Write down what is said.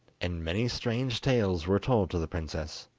and many strange tales were told to the princess,